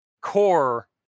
core